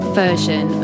version